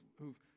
who've